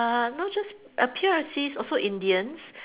uh not just uh P_R_Cs also Indians